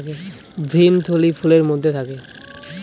ভ্রূণথলি ফুলের মধ্যে থাকে